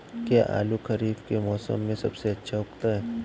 क्या आलू खरीफ के मौसम में सबसे अच्छा उगता है?